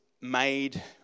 made